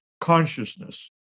consciousness